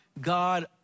God